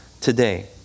today